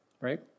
right